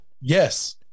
Yes